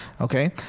okay